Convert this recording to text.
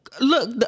Look